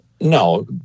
No